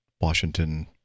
washington